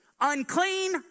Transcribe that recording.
unclean